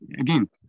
again